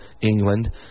England